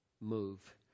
move